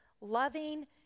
loving